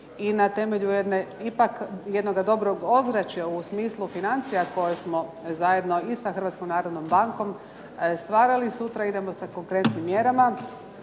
i na temelju ipak jednoga dobrog ozračja u smislu financija koje smo zajedno i sa Hrvatskom narodnom bankom stvarali, sutra idemo sa konkretnim mjerama.